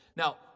Now